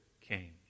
came